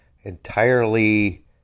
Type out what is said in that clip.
entirely